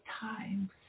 times